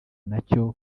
nacyo